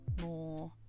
more